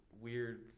weird